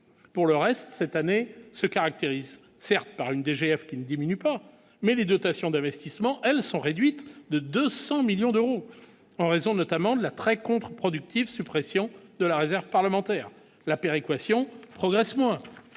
pour le reste, cette année, se caractérise certes par une DGF qui ne diminue pas mais les dotations d'investissement, elles sont réduites de 200 millions d'euros, en raison notamment de la très contreproductif, suppression de la réserve parlementaire la péréquation progressivement